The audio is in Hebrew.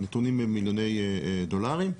הנתונים הם במיליוני דולרים.